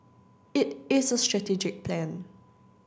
it is a strategic plan